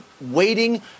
waiting